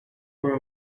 were